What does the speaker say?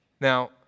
Now